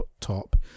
top